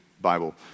Bible